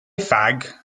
fag